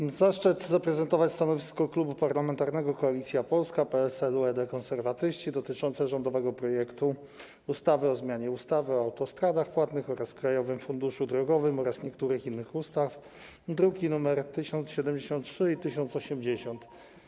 Mam zaszczyt zaprezentować stanowisko Klubu Parlamentarnego Koalicja Polska - PSL, UED, Konserwatyści dotyczące rządowego projektu ustawy o zmianie ustawy o autostradach płatnych oraz Krajowym Funduszu Drogowym oraz niektórych innych ustaw, druki nr 1073 i 1080.